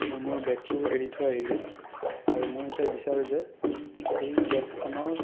মই মোৰ বেগটো এৰি থৈ আহিলোঁ আৰু মই এতিয়া বিচাৰোঁ যে সেই কেবখনৰ